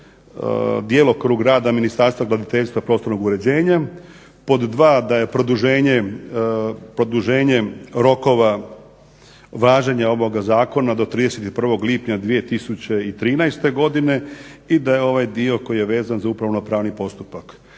djelokrug rada Ministarstva graditeljstva i prostornog uređenja, pod 2. da je produženjem rokova važenja ovoga zakona do 31. lipnja 2013. godine i da je ovaj dio koji je vezan za upravno-pravni postupak.